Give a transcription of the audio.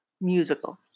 musical